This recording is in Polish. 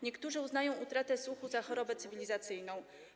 Niektórzy uznają utratę słuchu za chorobę cywilizacyjną.